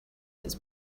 his